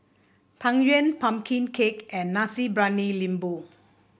Tang Yuen pumpkin cake and Nasi Briyani Lembu